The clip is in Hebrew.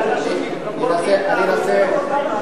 אנשים עוברים ולא חוזרים.